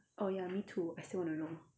oh ya me too I still want to know